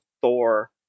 Thor